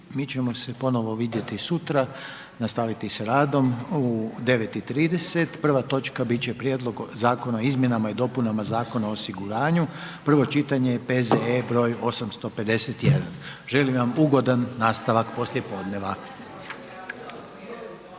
Mi ćemo se ponovo vidjeti sutra, nastavit s radom u 9,30. Prva točka bit će Prijedlog zakona o izmjenama i dopunama Zakona o osiguranju, prvo čitanje, P.Z.E. br. 851. Želim vam ugodan nastavak poslijepodneva.